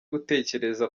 gutekereza